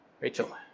Rachel